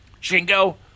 Jingo